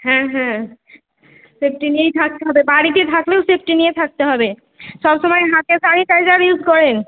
হ্যাঁ হ্যাঁ সেফটি নিয়েই থাকতে হবে বাড়িতে থাকলেও সেফটি নিয়ে থাকতে হবে সব সময় হাতে স্যানিটাইজার ইউস করেন